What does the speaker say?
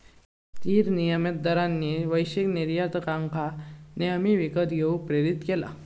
स्थिर विनिमय दरांनी वैश्विक निर्यातकांका नेहमी विकत घेऊक प्रेरीत केला